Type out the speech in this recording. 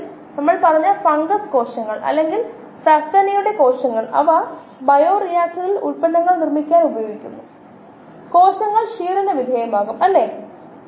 glucose ഒരു സാധാരണ സബ്സ്ട്രേറ്റ്ണെന്ന് നമ്മൾ കണ്ടു കാരണം ഇത് ഗ്ലൈക്കോളിസിസ് എന്നറിയപ്പെടുന്ന കോശങ്ങളിലെ ഒരു പ്രധാന മെറ്റബോളിക് പാതയിൽ പങ്കെടുക്കുന്നു കൂടാതെ ഗ്ലൂക്കോസിനായി ചില ബദലുകൾ നമ്മൾ കണ്ടു കാരണം വ്യവസായത്തിന്റെ പശ്ചാത്തലത്തിൽ നിന്ന് ഗ്ലൂക്കോസ് ചെലവേറിയതാണ്